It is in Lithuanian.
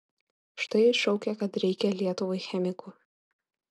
štai šaukia kad reikia lietuvai chemikų